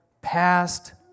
past